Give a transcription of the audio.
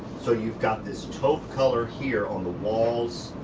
so you've got this taupe color here, on the walls,